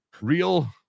real